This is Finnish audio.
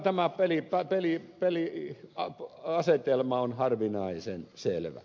tämä peliasetelma on harvinaisen selvä